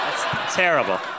Terrible